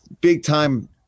big-time